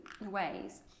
ways